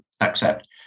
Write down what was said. accept